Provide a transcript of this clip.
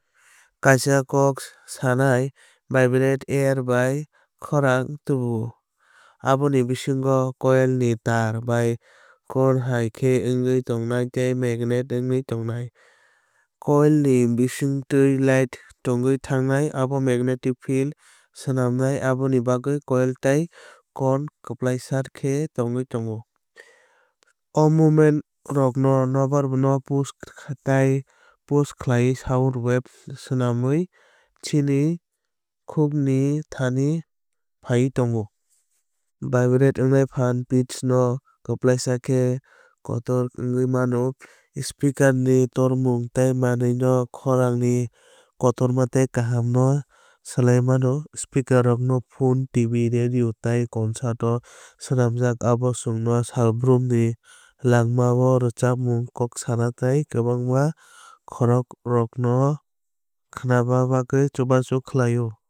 Kaisa kok sanai vibrate air bai khorang tubuo. Aboni bisingo coil ni tar bai cone hai khe wngwi tongnai tei magnet wngwi tongnai. Coil ni bisingtwi light thwngwi thangkhe abo magnetic field swnamnai aboni bagwi coil tei cone kwplaisa khe thwngwi thango. O movement rok no nokbar no push tei push khaio sound wave swnamwi chini khukni thani phaiwi tongo. Vibration ni phan wngkha pitch no swnamnai kwplaisa khe khorang kotor wngwi mano. Speaker ni size tei manwi ni khorang ni kotorma tei kaham no swlaiwi mano. Speaker rokno phone TV radio tei concert o swnamjak abo chwngno salbrumni langmao rwchapmung kok sana tei kwbangma khorangrokno khnana bagwi chubachu khlaio.